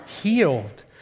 healed